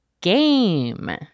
GAME